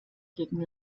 gegen